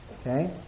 Okay